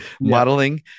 modeling